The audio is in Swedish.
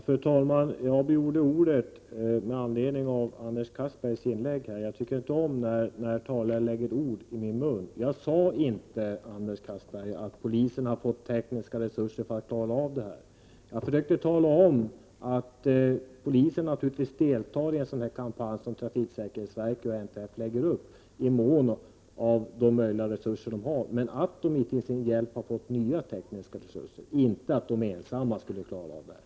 Fru talman! Jag begärde ordet med anledning av Anders Castbergers inlägg. Jag tycker inte om när en talare lägger ord i min mun. Jag sade inte, Anders Castberger, att polisen har fått tekniska resurser för att klara av problemen. Jag försökte tala om att polisen naturligtvis i mån av tillgängliga resurser deltar i den kampanj som trafiksäkerhetsverket och NTF eventuellt startar. Jag sade att polisen till sin hjälp har fått nya tekniska resurser, jag sade inte att polisen ensam skulle klara av problemen.